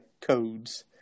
codes